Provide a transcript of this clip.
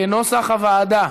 כנוסח הוועדה.